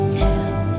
tell